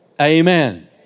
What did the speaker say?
Amen